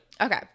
Okay